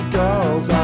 girls